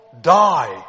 die